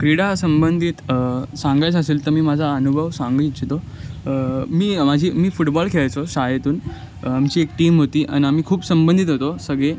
क्रीडा संबंधित सांगायचं असेल तर मी माझा अनुभव सांगू इच्छितो मी माझी मी फुटबॉल खेळायचो शाळेतून आमची एक टीम होती आणि आम्ही खूप संबंधित होतो सगळे